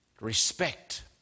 respect